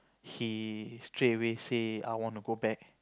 he straightaway say I want to go back